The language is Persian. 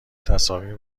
تصاویر